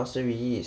pasir ris